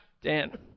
Dan